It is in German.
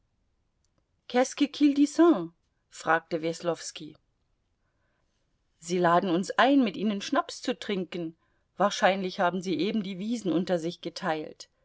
fragte weslowski sie laden uns ein mit ihnen schnaps zu trinken wahrscheinlich haben sie eben die wiesen unter sich geteilt